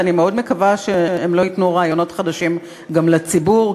ואני מאוד מקווה שהם לא ייתנו רעיונות חדשים גם לציבור,